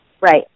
right